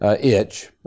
itch